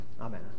Amen